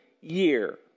year